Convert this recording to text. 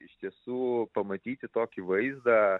iš tiesų pamatyti tokį vaizdą